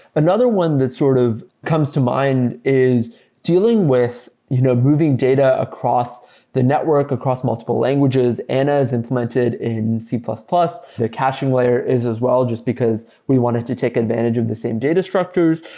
another one that sort of comes to mind is dealing with you know moving data across the network across multiple languages. anna is implemented in c plus plus. the caching layer is as well just because we wanted to take advantage of the same data structures,